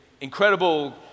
incredible